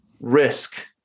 risk